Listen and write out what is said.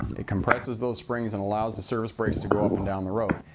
it compresses those springs and allows the service brakes to go up and down the road.